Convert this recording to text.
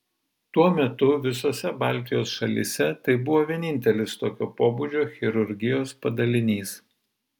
tuo metu visose baltijos šalyse tai buvo vienintelis tokio pobūdžio chirurgijos padalinys